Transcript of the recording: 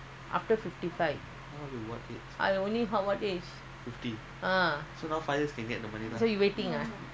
they won't give that's why I say they won't give the fifty five the age of fifty five hundred seventy go to retirement